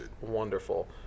wonderful